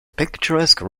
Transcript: picturesque